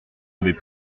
avait